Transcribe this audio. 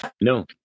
No